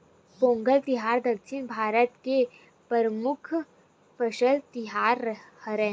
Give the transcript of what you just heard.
पोंगल तिहार दक्छिन भारत के परमुख फसल तिहार हरय